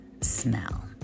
smell